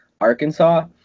Arkansas